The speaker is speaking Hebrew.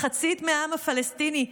מחצית מהעם הפלסטיני.